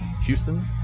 Houston